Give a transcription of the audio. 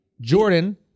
Jordan